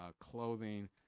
clothing